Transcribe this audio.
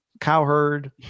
cowherd